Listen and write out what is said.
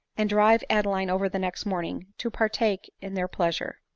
and drive adeline over the next morning to partake in their pleasure.